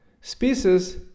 species